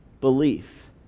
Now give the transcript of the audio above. belief